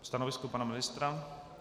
Stanovisko pana ministra?